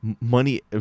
money